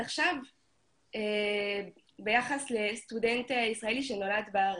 עכשיו ביחס לסטודנט ישראלי שנולד בארץ.